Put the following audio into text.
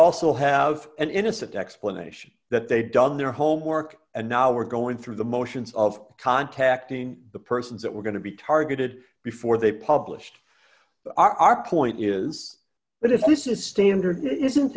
also have an innocent explanation that they've done their homework and now we're going through the motions of contacting the persons that we're going to be targeted before they published our point is that if this is standard isn't